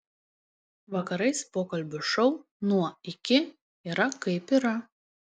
vakarais pokalbių šou nuo iki yra kaip yra